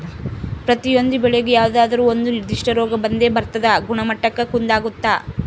ಪ್ರತಿಯೊಂದು ಬೆಳೆಗೂ ಯಾವುದಾದ್ರೂ ಒಂದು ನಿರ್ಧಿಷ್ಟ ರೋಗ ಬಂದೇ ಬರ್ತದ ಗುಣಮಟ್ಟಕ್ಕ ಕುಂದಾಗುತ್ತ